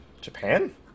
Japan